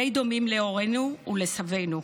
די דומים להורינו ולסבינו.